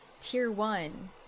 tier-one